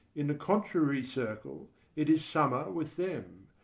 in the contrary circle it is summer with them,